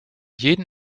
jeden